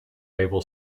label